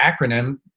acronym